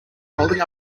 holding